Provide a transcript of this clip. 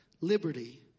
Liberty